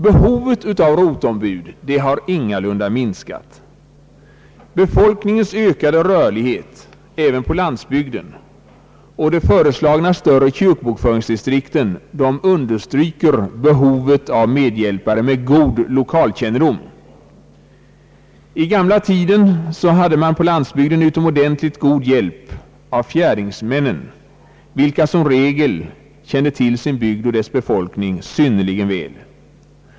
Behovet av roteombud har ingalunda minskat; befolkningens ökade rörlighet även på landsbygden och de föreslagna större kyrkobokföringsdistrikten understryker behovet av medhjälpare med god lokalkännedom. I gamla tider hade man på landsbygden utomordentligt god hjälp av fjärdingsmännen vilka som regel kände till sin bygd och dess befolkning synnerligen väl.